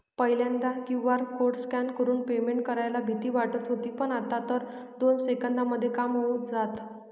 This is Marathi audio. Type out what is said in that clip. पहिल्यांदा क्यू.आर कोड स्कॅन करून पेमेंट करायला भीती वाटत होती पण, आता तर दोन सेकंदांमध्ये काम होऊन जातं